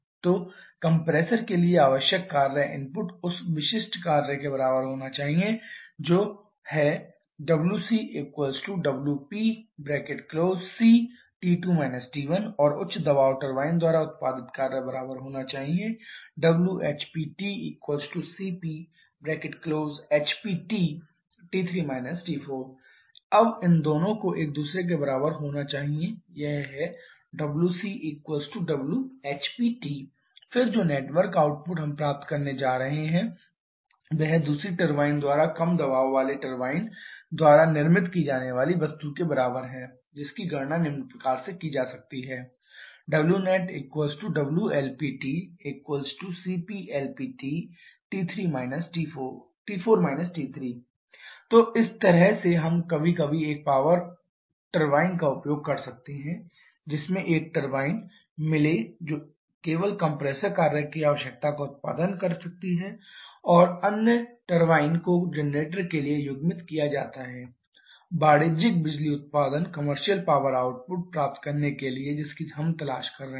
तो कंप्रेसर के लिए आवश्यक कार्य इनपुट उस विशिष्ट कार्य के बराबर होना चाहिए जो होना चाहिए wcwpcT2 T1 और उच्च दबाव टरबाइन द्वारा उत्पादित कार्य बराबर होना चाहिए wHPtcpHPtT3 T4 अब इन दोनों को एक दूसरे के बराबर होना चाहिए यह है wcwHPt फिर जो नेटवर्क आउटपुट हम प्राप्त करने जा रहे हैं वह दूसरी टरबाइन द्वारा कम दबाव वाले टरबाइन द्वारा निर्मित की जाने वाली वस्तु के बराबर है जिसकी गणना निम्न प्रकार से की जा सकती है wnetwLPtcpLPtT4 T3 तो इस तरह से हम कभी कभी एक पॉवर टरबाइन का उपयोग कर सकते हैं जिसमें एक टरबाइन मिले जो केवल कंप्रेसर कार्य की आवश्यकता का उत्पादन करें और अन्य टरबाइन को जनरेटर के लिए युग्मित किया जाता है वाणिज्यिक बिजली उत्पादन प्राप्त करने के लिए जिसकी हम तलाश कर रहे हैं